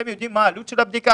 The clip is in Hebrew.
אתם יודעים מה עלות הבדיקה?